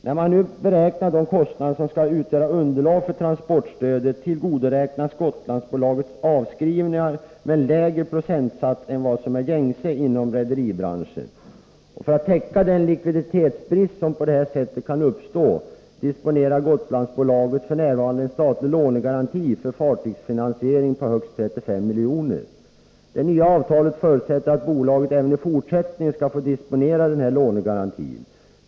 När man beräknar de kostnader som skall utgöra underlag för transportstödet tillgodoräknas Gotlandsbolaget avskrivningar med en lägre procentsats än vad som är gängse inom rederibranschen. För att täcka den likviditetsbrist som på det här sättet kan uppstå disponerar Gotlandsbolaget f. n. en statlig lånegaranti för fartygsfinansiering på högst 35 milj.kr. Det nya avtalet förutsätter att bolaget även i fortsättningen skall få disponera den här lånegarantin.